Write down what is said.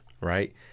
right